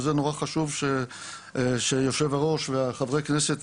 וזה נורא חשוב שיושב הראש וחברי הכנסת